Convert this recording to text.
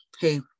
hey